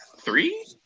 Three